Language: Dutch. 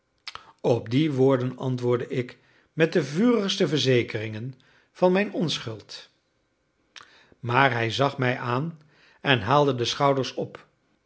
op die woorden antwoordde ik met de vurigste verzekeringen van mijne onschuld maar hij zag mij aan en haalde de schouders op